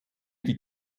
die